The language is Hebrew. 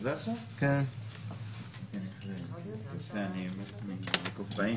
ושם אמרו את ההפך ממה שנאמר פה,